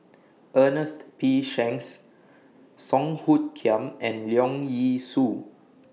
Ernest P Shanks Song Hoot Kiam and Leong Yee Soo